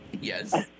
Yes